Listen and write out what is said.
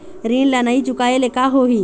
ऋण ला नई चुकाए ले का होही?